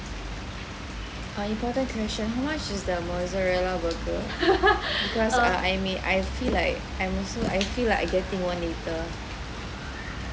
err important question how much is the mozzarella burger cause ah I may I feel like I feel like getting one later